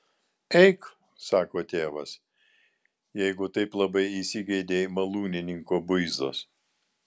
eik sako tėvas jeigu taip labai įsigeidei malūnininko buizos